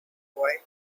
boy